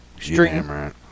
Stream